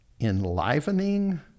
enlivening